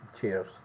Cheers